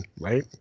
right